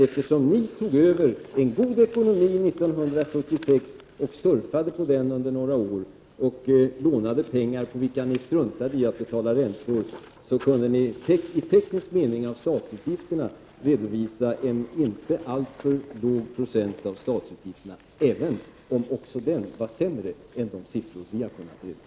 Eftersom ni tog över en god ekonomi år 1976 och surfade på den under några år och lånade pengar för vilka ni struntade i att betala räntor, kunde ni rent tekniskt redovisa en inte alltför låg procentandel av statsutgifterna, även om den var sämre än de siffror som vi har kunnat redovisa.